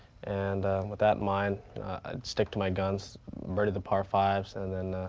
and with that mind, i'd stick to my guns, murder the par fives. and then,